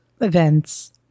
events